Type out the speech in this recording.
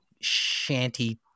shanty